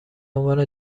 عنوان